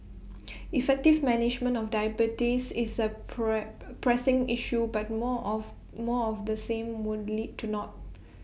effective management of diabetes is A prey pressing issue but more of more of the same would lead to naught